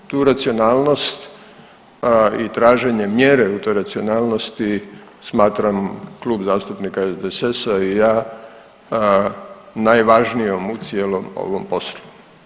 Tu racionalnost i traženje mjere u toj racionalnosti smatram, Klub zastupnika SDSS-a i ja najvažnijom u cijelom ovom poslu.